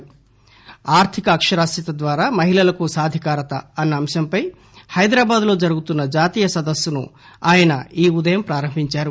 ఆర్లిక అక్షరాస్యత ద్వారా మహిళలకు సాధికారత అన్న అంశంపై హైదరాబాద్ లో జరుగుతున్న జాతీయ సదస్సును ఆయన ఈ ఉదయం ప్రారంభించారు